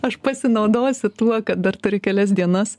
aš pasinaudosiu tuo kad dar turi kelias dienas